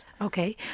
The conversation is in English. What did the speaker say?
Okay